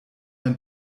ein